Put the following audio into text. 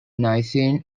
nicene